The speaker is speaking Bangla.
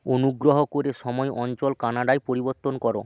অনুগ্রহ করে সময় অঞ্চল কানাডায় পরিবর্তন কর